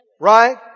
Right